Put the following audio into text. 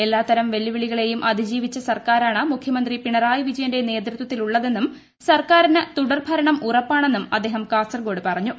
എല്ലാത്തരം വെല്ലുവിളികളേയും അതിജീവിച്ച സർക്കാരാണ് മുഖൃമന്ത്രി പിണറായി വിജയന്റെ നേതൃത്വത്തിലുള്ളതെന്നും സർക്കാരിന് തുടർഭരണം ഉറപ്പാണെന്നും അദ്ദേഹം കാസർഗോഡ് പറഞ്ഞു